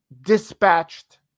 dispatched